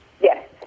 Yes